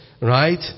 Right